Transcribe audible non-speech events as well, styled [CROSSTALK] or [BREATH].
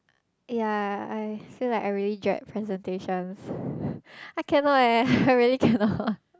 ya I feel like I really dread presentations [BREATH] I cannot eh I really cannot